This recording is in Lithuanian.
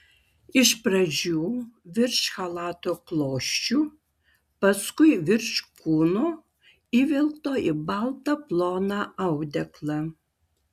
iš pradžių virš chalato klosčių paskui virš kūno įvilkto į baltą ploną audeklą